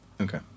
Okay